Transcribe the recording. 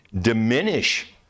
diminish